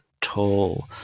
tall